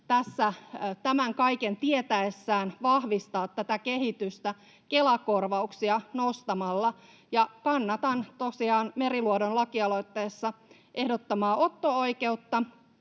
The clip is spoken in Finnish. tämän kaiken tietäessään vahvistaa tätä kehitystä Kela-korvauksia nostamalla. Kannatan tosiaan Meriluodon lakialoitteessa ehdottamaa otto-oikeutta,